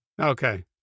okay